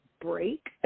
break